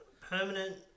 permanent